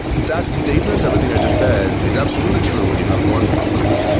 that statement, everything i just said, is absolutely true when you have one vulnerability.